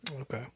Okay